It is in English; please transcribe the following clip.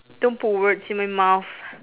don't put words in my mouth